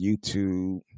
youtube